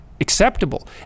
Acceptable